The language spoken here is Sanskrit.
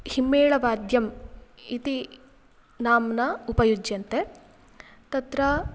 हिम्मेळवाद्यम् इति नाम्ना उपयुज्यन्ते तत्र